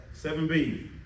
7B